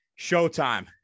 showtime